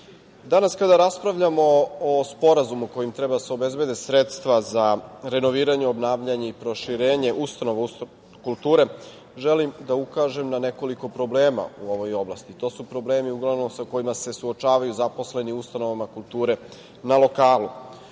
danas, kada raspravljamo o sporazumu kojim treba da se obezbede sredstva za renoviranje, obnavljanje i proširenje ustanova kulture, želim da ukažem na nekoliko problema u ovoj oblasti. To su problemi, uglavnom, sa kojima se suočavaju zaposleni u ustanovama kulture na lokalu,